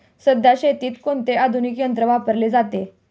सध्या शेतीत कोणते आधुनिक तंत्र वापरले जाते?